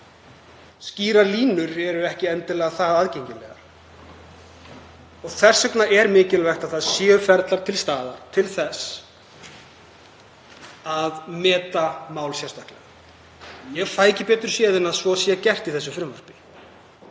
Skýrar línur eru ekki endilega það aðgengilegar. Þess vegna er mikilvægt að til staðar séu ferlar til að meta mál sérstaklega. Ég fæ ekki betur séð en að það sé gert í þessu frumvarpi.